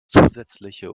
zusätzliche